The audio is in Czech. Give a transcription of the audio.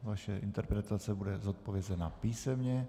Vaše interpelace bude zodpovězena písemně.